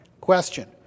Question